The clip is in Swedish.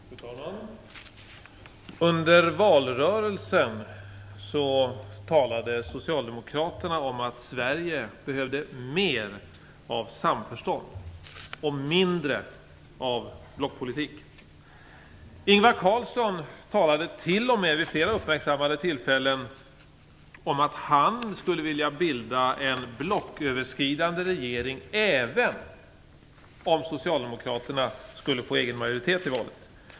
Fru talman! Under valrörelsen talade Socialdemokraterna om att Sverige behövde mer av samförstånd och mindre av blockpolitik. Ingvar Carlsson talade t.o.m. vid flera uppmärksammade tillfällen om att han skulle vilja bilda en blocköverskridande regering även om Socialdemokraterna skulle få egen majoritet i valet.